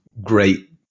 great